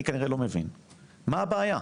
מה הבעיה?